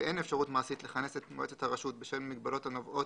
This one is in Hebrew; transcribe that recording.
ואין אפשרות מעשית לכנס את מועצת הרשות בשל מגבלות נובעות